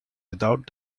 without